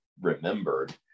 remembered